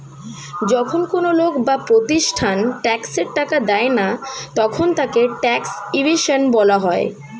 যখন কোন লোক বা প্রতিষ্ঠান ট্যাক্সের টাকা দেয় না তখন তাকে ট্যাক্স ইভেশন বলা হয়